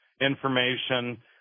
information